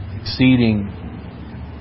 exceeding